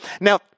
Now